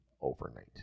overnight